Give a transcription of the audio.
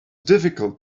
difficult